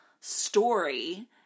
story